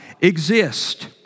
exist